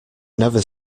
never